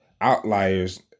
outliers